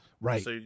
right